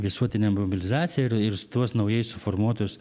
visuotinę mobilizaciją ir ir tuos naujai suformuotus